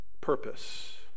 purpose